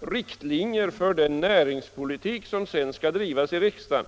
riktlinjer för den näringspolitik som sedan skall drivas i riksdagen.